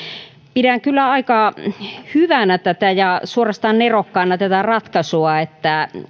pidän kyllä aika hyvänä ja suorastaan nerokkaana tätä ratkaisua että